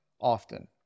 often